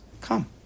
Come